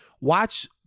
watch